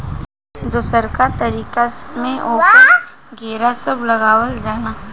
दोसरका तरीका में ओकर घेरा सब लगावल जाला